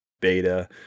beta